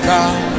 God